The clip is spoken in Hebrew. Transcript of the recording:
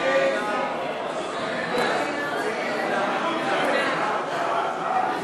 הצעת סיעת הרשימה המשותפת להביע אי-אמון בממשלה לא נתקבלה.